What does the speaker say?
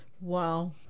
wow